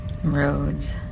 Roads